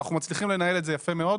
ואנחנו מצליחים לנהל את זה יפה מאוד.